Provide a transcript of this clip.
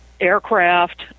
aircraft